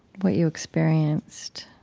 what you experienced,